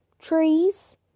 trees